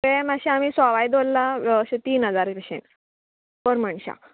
तें आमी मात्शें सोवाय दवरला अशें तीन हजार अशें पर मनशाक